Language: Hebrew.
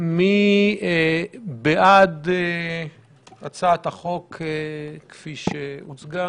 מי בעד הצעת החוק כפי שהוקראה?